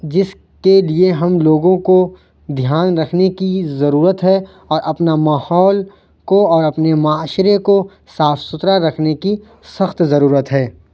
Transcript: جس کے لیے ہم لوگوں کو دھیان رکھنے کی ضرورت ہے اور اپنا ماحول کو اور اپنے معاشرے کو صاف ستھرا رکھنے کی سخت ضرورت ہے